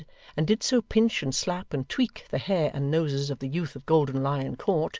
and did so pinch and slap and tweak the hair and noses of the youth of golden lion court,